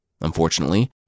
Unfortunately